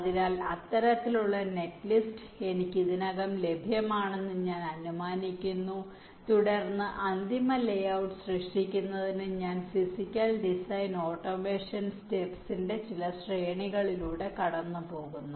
അതിനാൽ അത്തരത്തിലുള്ള നെറ്റ്ലിസ്റ്റ് എനിക്ക് ഇതിനകം ലഭ്യമാണെന്ന് ഞാൻ അനുമാനിക്കുന്നു തുടർന്ന് അന്തിമ ലേ ഔട്ട് സൃഷ്ടിക്കുന്നതിന് ഞാൻ ഫിസിക്കൽ ഡിസൈൻ ഓട്ടോമേഷൻ സ്റ്റെപ്സിന്റെ ചില ശ്രേണികളിലൂടെ കടന്നുപോകുന്നു